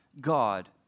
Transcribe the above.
God